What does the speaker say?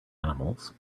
animals